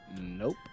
Nope